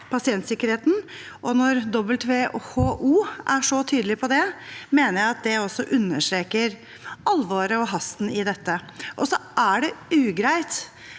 pasientsikkerheten. Når WHO er så tydelig på det, mener jeg at det også understreker alvoret og hasten i dette. Det er ugreit